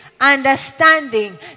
understanding